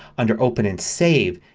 under open and save,